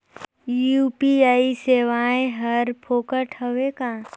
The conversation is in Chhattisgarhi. यू.पी.आई सेवाएं हर फोकट हवय का?